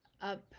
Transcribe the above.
up